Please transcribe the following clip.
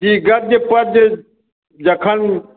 जी गद्य पद्य जखन